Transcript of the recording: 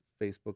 Facebook